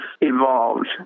evolved